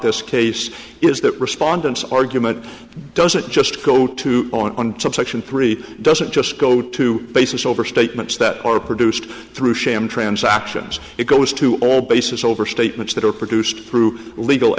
this case is that respondents argument doesn't just go to on subsection three doesn't just go to basis over statements that are produced through sham transactions it goes to all basis over statements that are produced through legal